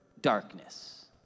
darkness